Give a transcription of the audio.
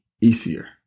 easier